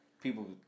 People